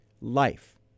Life